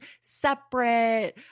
separate